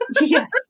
Yes